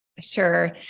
Sure